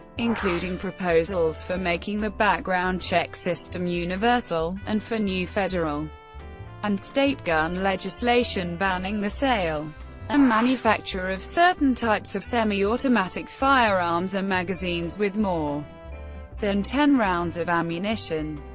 including proposals for making the background-check system universal, and for new federal and state gun legislation banning the sale and ah manufacture of certain types of semi-automatic firearms and magazines with more than ten rounds of ammunition.